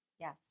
Yes